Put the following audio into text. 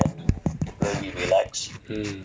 mm